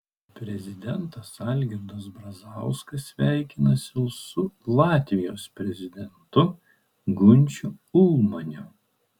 prezidentas algirdas brazauskas sveikinasi su latvijos prezidentu gunčiu ulmaniu